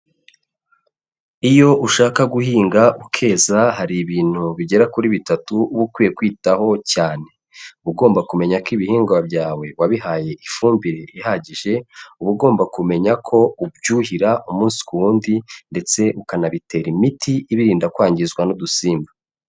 Iyo ushaka guhinga ukeza hari ibintu bigera kuri bitatu uba ukwiye kwitaho cyane, uba ugomba kumenya ko ibihingwa byawe wabihaye ifumbire ihagije, uba ugomba kumenya ko ubyuhira umunsi ku wundi ndetse ukanabitera imiti ibirinda kwangirizwa n'udusimba.